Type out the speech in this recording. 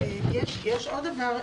יש עוד דבר.